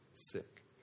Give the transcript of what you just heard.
sick